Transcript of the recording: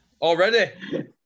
Already